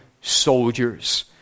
soldiers